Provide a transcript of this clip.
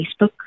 Facebook